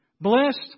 Blessed